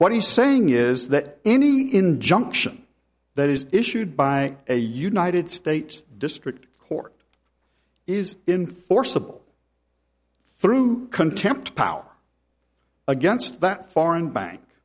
what he's saying is that any injunction that is issued by a united states district court is in forcible through contempt power against that foreign bank